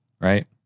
Right